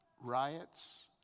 riots